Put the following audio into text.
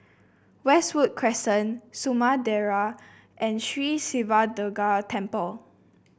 Westwood Crescent Samudera and Sri Siva Durga Temple